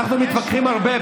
אנחנו מתווכחים הרבה,